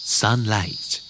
sunlight